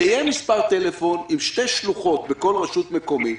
שיהיה מספר טלפון עם שתי שלוחות בכל רשות מקומית.